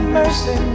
mercy